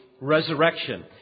resurrection